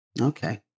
okay